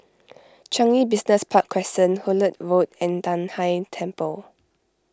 Changi Business Park Crescent Hullet Road and Nan Hai Temple